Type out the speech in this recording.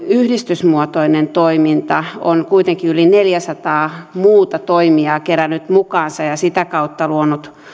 yhdistysmuotoinen toiminta on kuitenkin yli neljäsataa muuta toimijaa kerännyt mukaansa ja sitä kautta luonut